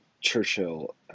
Churchill